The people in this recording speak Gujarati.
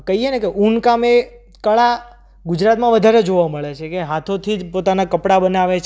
કહીએ ને કે ઊનકા મેં કળા ગુજરાતમાં વધારે જોવા મળે છે કે હાથોથી જ પોતાના કપડા બનાવે છે